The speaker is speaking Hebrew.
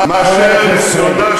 מה אמרת?